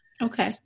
Okay